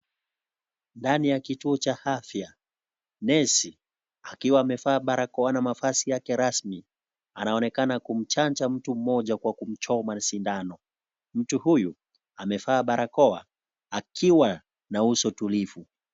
Ndani ya kituo cha afya, nesi akiwa amevaa barakoa na mavazi yake rasmi, anaonekana kumchanja mtu mmoja kwa kumchoma na sindano. Mtu huyu amevaa barakoa akiwa na uso tulivu.